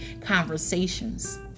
conversations